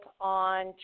on